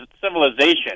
civilization